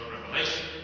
revelation